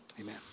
Amen